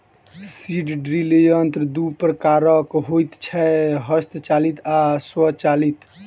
seed drill यंत्र दू प्रकारक होइत छै, हस्तचालित आ स्वचालित